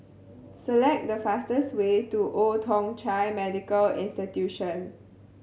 select the fastest way to Old Thong Chai Medical Institution